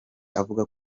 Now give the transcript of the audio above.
avuga